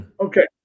Okay